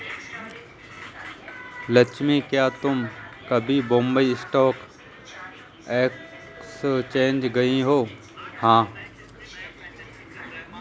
लक्ष्मी, क्या तुम कभी बॉम्बे स्टॉक एक्सचेंज गई हो?